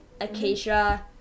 acacia